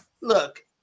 look